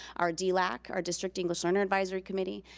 our delac, our district english learner advisory committee.